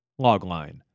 Logline